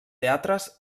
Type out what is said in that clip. teatres